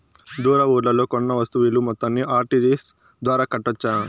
దూర ఊర్లలో కొన్న వస్తు విలువ మొత్తాన్ని ఆర్.టి.జి.ఎస్ ద్వారా కట్టొచ్చా?